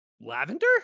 lavender